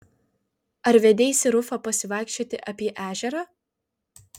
ar vedeisi rufą pasivaikščioti apie ežerą